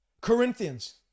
Corinthians